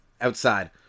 outside